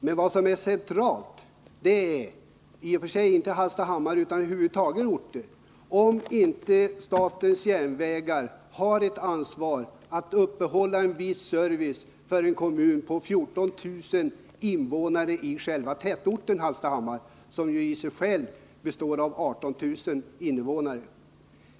Men vad som här är centralt är i och för sig inte förhållandena i Hallstahammar utan förhållandena över huvud taget — om statens järnvägar inte har något ansvar när det gäller att upprätthålla en viss service i en kommun på 18 000 invånare — och själva tätorten Hallstahammar omfattar 14 000 invånare.